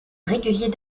régulier